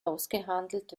ausgehandelt